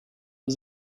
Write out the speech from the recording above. was